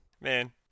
Man